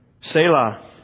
Selah